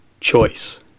choice